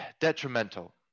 detrimental